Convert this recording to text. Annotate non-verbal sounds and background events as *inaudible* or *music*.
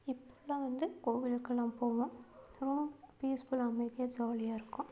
இப்போலாம் வந்து கோவிலுக்கெல்லாம் போவோம் *unintelligible* பீஸ்ஃபுல் அமைதியாக ஜாலியாக இருக்கும்